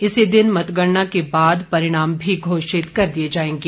इसी दिन मतगणना के बाद परिणाम भी घोषित कर दिए जाएंगे